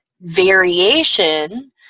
variation